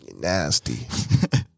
nasty